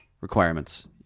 requirements